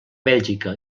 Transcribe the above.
bèlgica